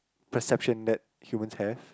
perception that humans have